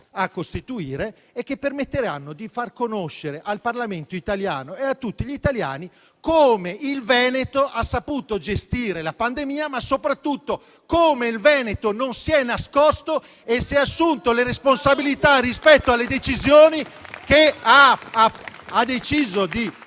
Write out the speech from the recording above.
a costituire e che permetteranno di far conoscere al Parlamento italiano e a tutti gli italiani come il Veneto ha saputo gestire la pandemia, ma soprattutto come non si è nascosto e si è assunto le responsabilità rispetto alle decisioni che ha preso in